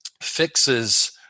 fixes